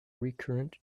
recurrent